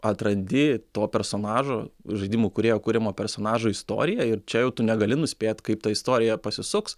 atrandi to personažo žaidimų kūrėjo kuriamo personažo istoriją ir čia jau tu negali nuspėt kaip ta istorija pasisuks